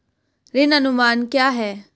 ऋण अनुमान क्या है?